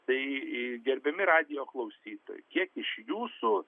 tai gerbiami radijo klausytojai kiek iš jūsų